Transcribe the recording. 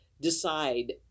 decide